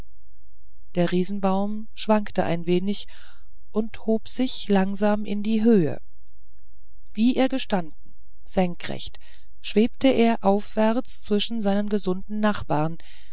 der riesenbaum schwankte ein wenig und hob sich langsam in die höhe wie er gestanden senkrecht schwebte er aufwärts zwischen seinen gesunden nachbarn